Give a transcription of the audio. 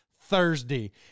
Thursday